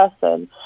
person